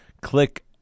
click